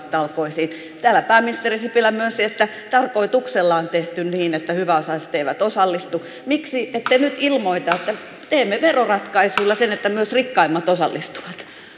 talkoisiin täällä pääministeri sipilä myönsi että tarkoituksella on tehty niin että hyväosaiset eivät osallistu miksi ette nyt ilmoita että teemme veroratkaisuilla sen että myös rikkaimmat osallistuvat